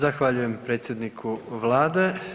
Zahvaljujem predsjedniku vlade.